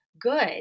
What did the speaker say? good